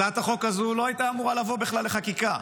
הצעת החוק הזו לא הייתה אמורה לבוא בכלל לחקיקה,